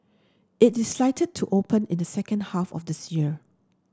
it is slated to open in the second half of this year